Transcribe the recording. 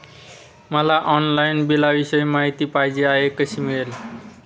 मला ऑनलाईन बिलाविषयी माहिती पाहिजे आहे, कशी मिळेल?